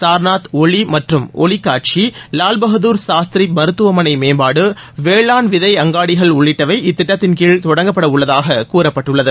சார்நாத் ஒளி மற்றும் ஒலி காட்சி லால்பகதுர் சாஸ்திரி மருத்துவமனை மேம்பாடு வேளாண் விதை அங்காடிகள் உள்ளிட்டவை இத்திட்டத்தின்கீழ் தொடங்கப்படவுள்ளதாக கூறப்பட்டுள்ளது